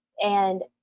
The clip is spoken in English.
and